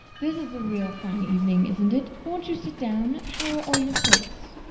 this is a real fine evening, isn't it? won't you sit down? how are all your folks?